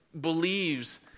Believes